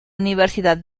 universidad